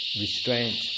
restraint